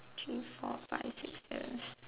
three four five six seven